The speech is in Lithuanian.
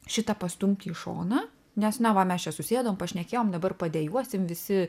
šitą pastumti į šoną nes neva mes susėdom pašnekėjom dabar padejuosim visi